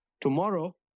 Tomorrow